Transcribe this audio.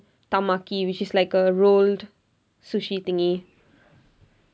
temaki which is like a rolled sushi thingy